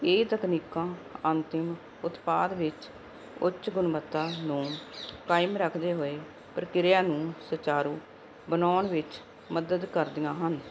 ਇਹ ਤਕਨੀਕਾਂ ਅੰਤਿਮ ਉਤਪਾਦ ਵਿੱਚ ਉੱਚ ਗੁਣਵੱਤਾ ਨੂੰ ਕਾਇਮ ਰੱਖਦੇ ਹੋਏ ਪ੍ਰਕਿਰਿਆ ਨੂੰ ਸੁਚਾਰੂ ਬਣਾਉਣ ਵਿੱਚ ਮਦਦ ਕਰਦੀਆਂ ਹਨ